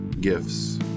gifts